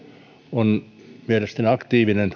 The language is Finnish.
on mielestäni aktiivinen